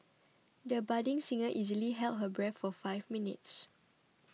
the budding singer easily held her breath for five minutes